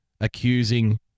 accusing